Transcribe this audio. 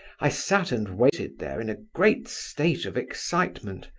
i sat and waited there in a great state of excitement.